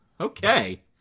Okay